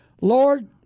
Lord